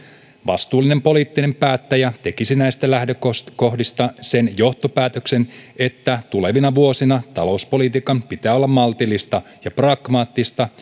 vastuullinen poliittinen päättäjä tekisi näistä lähtökohdista sen johtopäätöksen että tulevina vuosina talouspolitiikan pitää olla maltillista ja pragmaattista